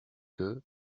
que